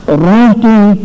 writing